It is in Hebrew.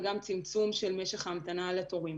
וגם לצמצום משך ההמתנה לתורים.